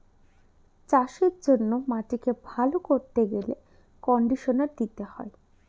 চাষের জন্য মাটিকে ভালো করতে গেলে কন্ডিশনার দিতে হয়